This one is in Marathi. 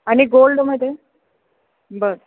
आणि गोल्डमध्ये बरं